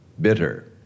bitter